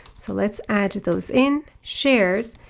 so let's add to those in shares.